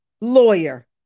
lawyer